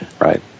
Right